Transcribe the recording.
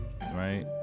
right